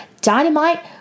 Dynamite